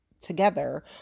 together